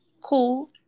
cool